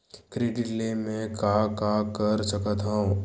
Credit ले मैं का का कर सकत हंव?